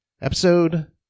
episode